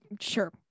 Sure